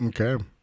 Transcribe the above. Okay